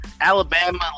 Alabama